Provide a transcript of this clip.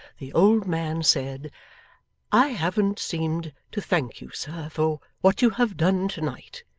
the old man said i haven't seemed to thank you, sir, for what you have done to-night,